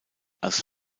als